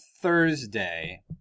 Thursday